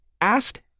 Asked